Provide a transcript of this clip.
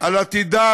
על עתידה,